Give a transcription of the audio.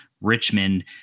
Richmond